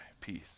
peace